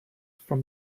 from